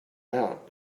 out